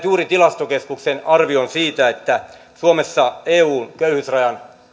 juuri saaneet tilastokeskuksen arvion siitä että suomessa eun köyhyysrajan